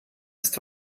ist